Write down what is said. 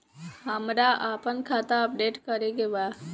हमरा आपन खाता अपडेट करे के बा